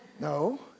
no